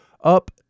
up